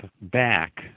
back